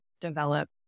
develop